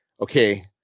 okay